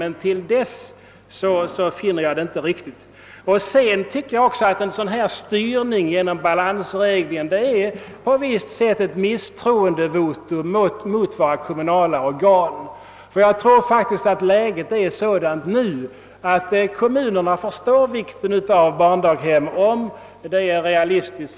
Men till dess finner jag det inte riktigt att använda denna regel. Vidare anser jag att en sådan här styrning genom balansregeln på visst sätt innebär ett misstroendevotum mot våra kommunala organ. Jag tror faktiskt att läget nu är sådant, att kommunerna förstår vikten av att anordna barnstugor, om detta är realistiskt.